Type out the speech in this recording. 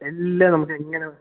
എല്ലാം നമുക്കെങ്ങനെ